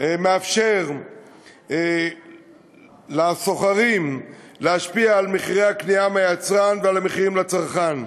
מאפשרים לסוחרים להשפיע על מחירי הקנייה מהיצרן ועל המחירים לצרכן.